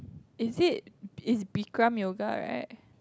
is it is Bikram yoga right